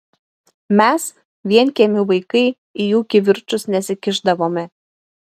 mes vienkiemių vaikai į jų kivirčus nesikišdavome